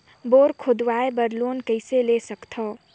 Bore खोदवाय बर loan कइसे ले सकथव?